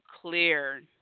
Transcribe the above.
clear